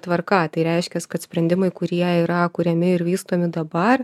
tvarka tai reiškias kad sprendimai kurie yra kuriami ir vystomi dabar